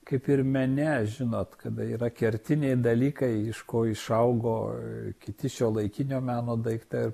kaip ir mene žinot kada yra kertiniai dalykai iš ko išaugo kiti šiuolaikinio meno daiktai